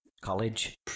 College